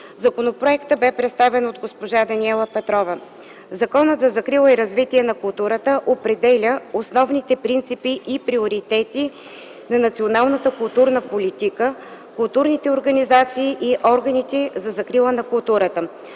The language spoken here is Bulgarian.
Законопроектът бе представен от госпожа Даниела Петрова. Законът за закрила и развитие на културата определя основните принципи и приоритети на националната културна политика, културните организации и органите за закрила на културата.